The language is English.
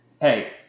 Hey